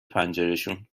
پنجرشون